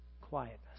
quietness